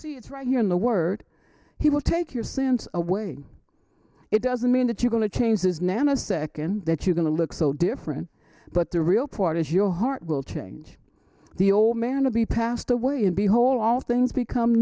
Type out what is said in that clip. see it's right here in the word he will take your sins away it doesn't mean that you're going to change his nanosecond that you're going to look so different but the real court is your heart will change the old man to be passed away and be whole all things become